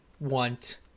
Want